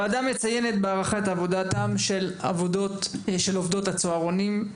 ח׳-הוועדה מציינת בהערכה את עבודתם של עובדות הצהרונים,